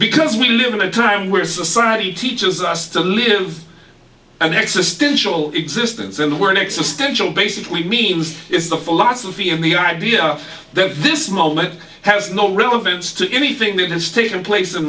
because we live in a time where society teaches us to live an existential existence and we're next suspension basically means is the philosophy and the idea that this moment has no relevance to anything that has taken place in